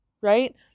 right